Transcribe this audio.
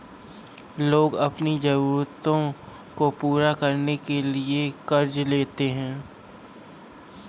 लोग अपनी ज़रूरतों को पूरा करने के लिए क़र्ज़ लेते है